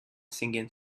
singing